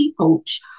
coach